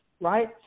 right